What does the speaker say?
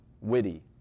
witty